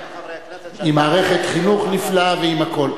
עם מערכת חינוך נפלאה ועם הכול.